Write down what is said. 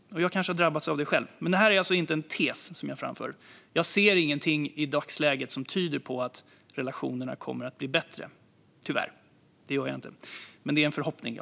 Jag kanske själv har drabbats av det. Jag framförde alltså inte en tes. Jag ser tyvärr inget i dagsläget som tyder på att relationerna kommer att bli bättre, men det är min förhoppning.